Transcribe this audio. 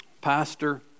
Pastor